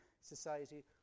society